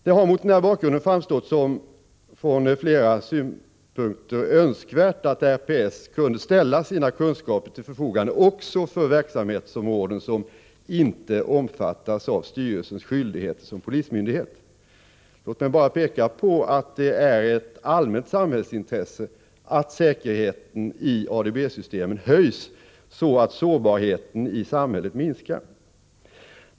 Det har mot den bakgrunden framstått som från flera synpunkter önskvärt att RPS kunde ställa sina kunskaper till förfogande också för verksamhetsområden som inte omfattas av styrelsens skyldigheter som polismyndighet. Låt mig bara peka på att det är ett allmänt samhällsintresse att säkerheten i ADB-systemen höjs så att sårbarheten i samhället minskar.